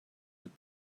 that